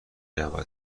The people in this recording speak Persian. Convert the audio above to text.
رود